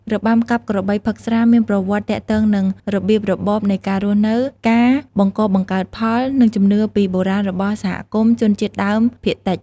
របាំកាប់ក្របីផឹកស្រាមានប្រវត្តិទាក់ទងនឹងរបៀបរបបនៃការរស់នៅ ការបង្កបង្កើនផល និងជំនឿពីបុរាណរបស់សហគមន៍ជនជាតិដើមភាគតិច។